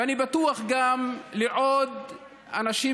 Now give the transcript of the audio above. ואני בטוח שגם לעוד אנשים,